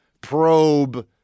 probe